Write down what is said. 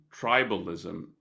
tribalism